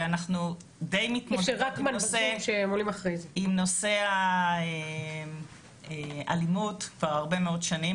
ואנחנו די מתמודדות עם נושא האלימות כבר הרבה מאוד שנים,